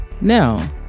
Now